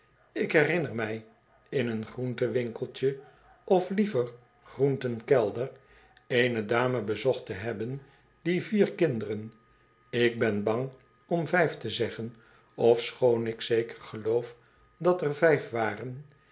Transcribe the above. ik herinner mij in een groentenwinkeltje oflievergroentenkel'der eene dame bezocht te hebben die vier kinderen ik ben bang om vijf te zeggen ofschoon ik zeker geloof dat er vijf waren